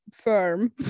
firm